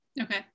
okay